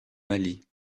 mali